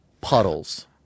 Puddles